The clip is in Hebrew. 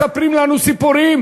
מספרים לנו סיפורים,